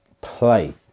play